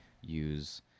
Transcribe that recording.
use